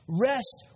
Rest